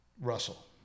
Russell